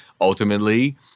ultimately